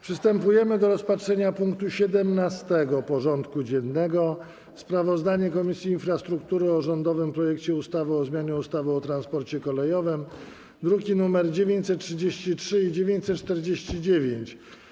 Przystępujemy do rozpatrzenia punktu 17. porządku dziennego: Sprawozdanie Komisji Infrastruktury o rządowym projekcie ustawy o zmianie ustawy o transporcie kolejowym (druki nr 933 i 949)